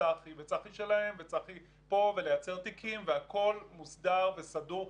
וצח"י וצח"י שלהם וצח"י פה ולייצר תיקים והכול מוסדר וסדור.